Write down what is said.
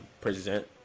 present